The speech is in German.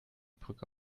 brücke